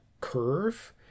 curve